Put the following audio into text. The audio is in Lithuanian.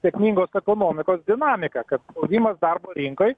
sėkmingos ekonomikos dinamika kad spaudimas darbo rinkai